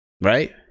Right